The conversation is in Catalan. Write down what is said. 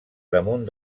damunt